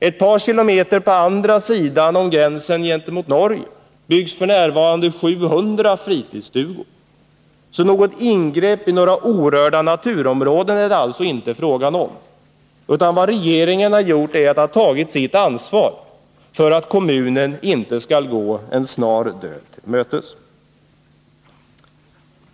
Ett par kilometer på andra sidan gränsen till Norge byggs f. n. 700 fritidsstugor. Några ingrepp i orörda naturområden är det alltså inte fråga om. Vad regeringen gjort är att den tagit sitt ansvar för att kommunen inte skall gå en snar död till mötes.